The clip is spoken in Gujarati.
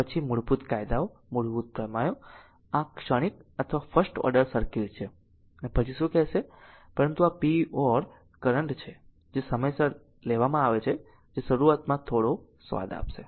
પછી મૂળભૂત કાયદાઓ મૂળભૂત પ્રમેયો આ ક્ષણિક અથવા ફર્સ્ટ ઓર્ડર સર્કિટ છે અને પછી શું કહેશે પરંતુ આ p or કરંટ છે જે સમયસર લેવામાં આવે છે જે શરૂઆતમાં થોડો સ્વાદ આપશે